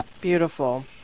Beautiful